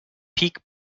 peak